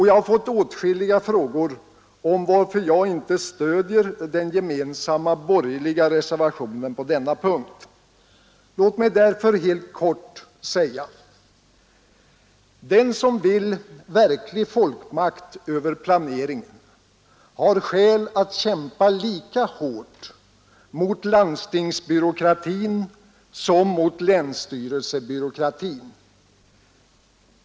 Jag har fått åtskilliga frågor om varför jag inte stödjer den gemensamma borgerliga reservationen på denna punkt. Låt mig därför helt kort säga: Den som vill verklig folkmakt över planeringen har skäl att kämpa lika hårt mot landstingsbyråkratin som mot länsstyrelsebyråkratin.